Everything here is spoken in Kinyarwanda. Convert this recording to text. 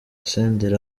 senderi